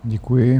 Děkuji.